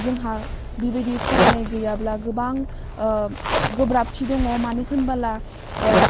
जोंहा बिबायदि फरायनाय गैयाब्ला गोबां गोब्राबथि दङ मानो होनबाला